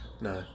no